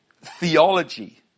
theology